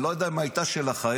אני לא יודע אם היא הייתה של החייל,